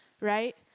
right